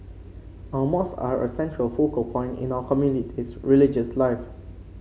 our mosque are a central focal point in our community is religious life